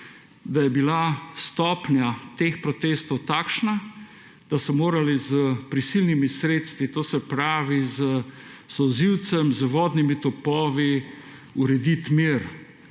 da je bila stopnja teh protestov takšna, da so morali s prisilnimi sredstvi, s solzivcem, z vodnimi topovi urediti mir.